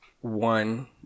One